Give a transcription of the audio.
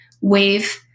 wave